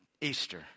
Easter